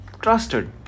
trusted